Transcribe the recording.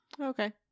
Okay